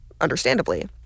understandably